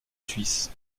suisse